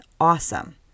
Awesome